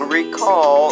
recall